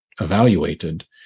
evaluated